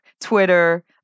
Twitter